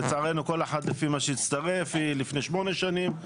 לצערנו כל אחד לפי הזמן שהצטרף היא לפני שמונה שנים,